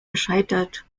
gescheitert